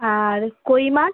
আর কই মাছ